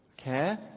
okay